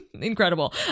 incredible